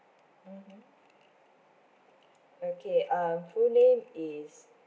mmhmm okay um full name is